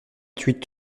huit